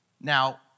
Now